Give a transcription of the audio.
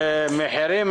מחירים,